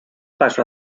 paso